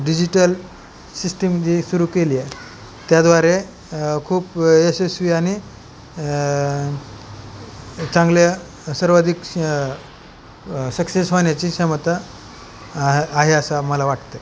digital system जी सुरू केली आहे त्याद्वारे खूप यशस्वी आणि चांगल्या सर्वाधिक सक्सेस वाहण्याची क्षमता आ आहे असं आम्हाला वाटत आहे